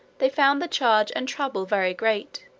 they found the charge and trouble very great,